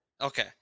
Okay